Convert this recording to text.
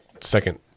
second